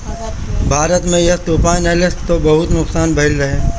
भारत में यास तूफ़ान अइलस त बहुते नुकसान भइल रहे